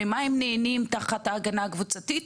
ממה הם נהנים תחת ההגנה הקבוצתית,